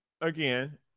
again